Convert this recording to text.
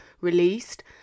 released